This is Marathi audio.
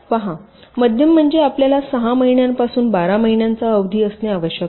पहा मध्यम म्हणजे आपल्याला 6 महिन्यांपासून 12 महिन्यांचा अवधी असणे आवश्यक आहे